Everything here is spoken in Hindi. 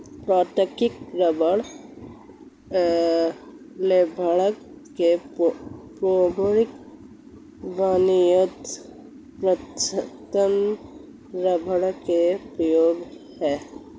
प्राकृतिक रबर लेटेक्स का प्रमुख वाणिज्यिक स्रोत अमेज़ॅनियन रबर का पेड़ है